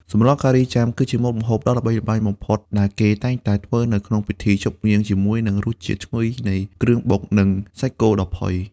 សម្លការីចាម គឺជាម្ហូបដ៏ល្បីល្បាញបំផុតដែលគេតែងតែធ្វើនៅក្នុងពិធីជប់លៀង ជាមួយនឹងរសជាតិឈ្ងុយនៃគ្រឿងបុក និងសាច់គោដ៏ផុយ។